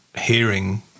hearing